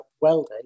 welding